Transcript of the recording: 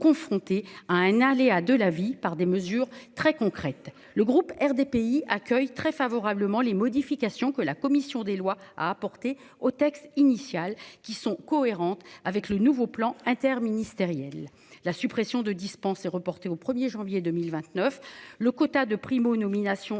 à un aléa de la vie par des mesures très concrètes. Le groupe RDPI accueille très favorablement les modifications que la commission des lois à apporter au texte initial qui sont cohérentes avec le nouveau plan inter-ministériel la suppression de dispense est reportée au 1er janvier 2029 le quota de Primo nomination